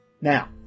Now